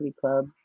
Club